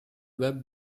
web